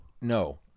no